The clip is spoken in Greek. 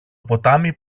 ποτάμι